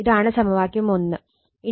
ഇതാണ് സമവാക്യം 1